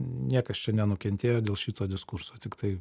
niekas čia nenukentėjo dėl šito diskurso tiktai